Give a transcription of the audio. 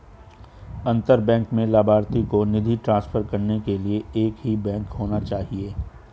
अंतर बैंक में लभार्थी को निधि ट्रांसफर करने के लिए एक ही बैंक होना चाहिए